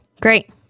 great